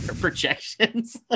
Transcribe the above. projections